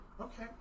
Okay